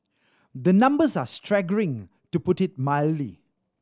the numbers are staggering to put it mildly